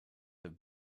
have